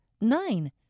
nine